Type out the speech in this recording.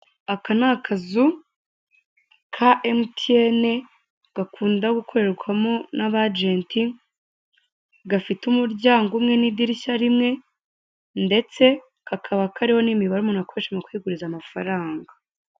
Aka ni akazu ka Emutiyeye, gakunda gukorerwamo n'aba ajenti, gafite umuryango umwe n'idirishya rimwe, ndetse kakaba kariho n'imibare umunt nakoresha mu kwiguriza amafaranga.